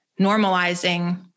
normalizing